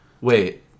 Wait